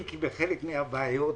אם כי בחלק מהבעיות,